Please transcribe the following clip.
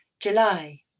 July